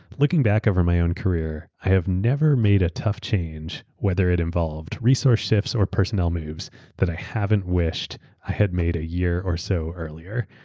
looking back over my own career, i have never made a tough change, whether it involved resource shifts or personnel moves that i haven't wished i had made a year or so earlier.